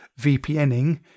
VPNing